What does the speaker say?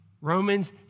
Romans